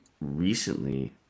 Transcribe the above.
recently